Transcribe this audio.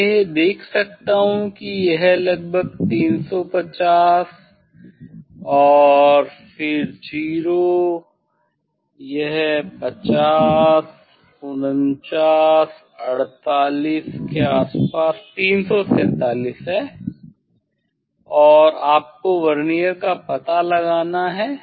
मैं यह देख सकता हूं कि यह लगभग 350 और फिर 0 है यह 50 49 48 के आसपास 347 है और आपको वर्नियर का पता लगाना है